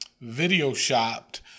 video-shopped